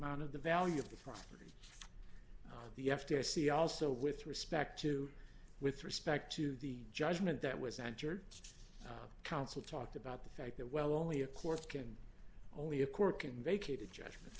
amount of the value of the property the f d i c also with respect to with respect to the judgment that was entered the council talked about the fact that well only a court can only a court can vacated judgment